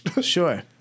Sure